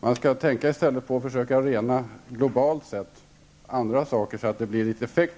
Man skall i stället försöka rena globalt, så att det blir någon effekt.